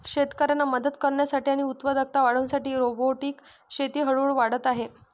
शेतकऱ्यांना मदत करण्यासाठी आणि उत्पादकता वाढविण्यासाठी रोबोटिक शेती हळूहळू वाढत आहे